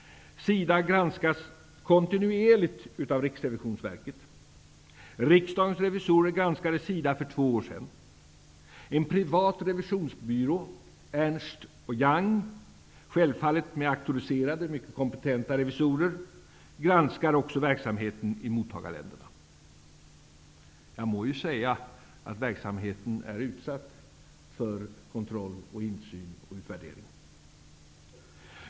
SIDA granskas kontinuerligt av Riksrevisionsverket. Riksdagens revisorer granskade SIDA för två år sedan. En privat revisionsbyrå, Ernst & Young, självfallet med auktoriserade mycket kompetenta revisorer, granskar också verksamheten i mottagarländerna. Jag må ju säga att verksamheten är utsatt för kontroll, insyn och utvärdering.